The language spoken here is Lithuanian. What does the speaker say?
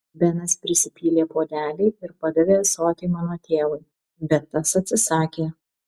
benas prisipylė puodelį ir padavė ąsotį mano tėvui bet tas atsisakė